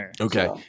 Okay